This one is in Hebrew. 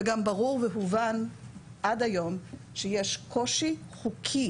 וגם ברור ומובן עד היום שיש קושי חוקי